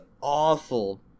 awful